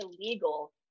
illegal